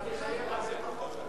אתה מתחייב להעביר את החוק?